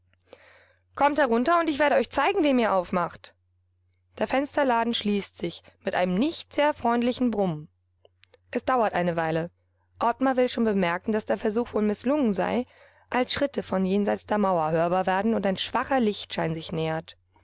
kommt herunter und ich werde euch zeigen wem ihr aufmacht der fensterladen schließt sich mit einem nicht sehr freundlichen brummen es dauert eine weile ottmar will schon bemerken daß der versuch wohl mißlungen sei als schritte von jenseits der mauer hörbar werden und ein schwacher lichtschein sich nähert